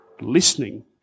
Listening